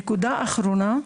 נקודה רביעית ואחרונה: